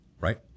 right